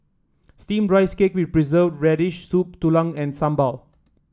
steamed Rice Cake with Preserved Radish Soup Tulang and Sambal